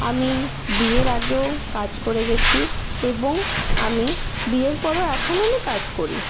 আমি বিয়ের আগেও কাজ করে গেছি এবং আমি বিয়ের পরেও এখনও আমি কাজ করি